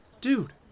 Dude